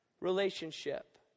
relationship